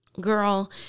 girl